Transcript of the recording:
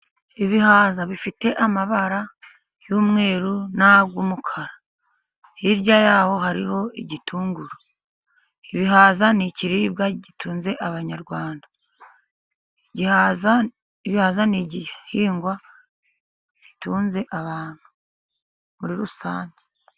Ibihaza bifite amabara y'umweru n'ay'umukara, hirya yaho hariho igitunguru. Ibihaza ni ikiribwa gitunze abanyarwanda, igihaza, ibihaza ni igihingwa gitunze abantu muri rusange.